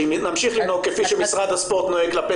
שאם נמשיך לנהוג כפי שמשרד הספורט נוהג כלפי